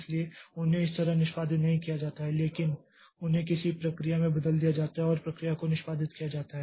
इसलिए उन्हें इस तरह निष्पादित नहीं किया जाता है लेकिन उन्हें किसी प्रक्रिया में बदल दिया जाता है और प्रक्रिया को निष्पादित किया जाता है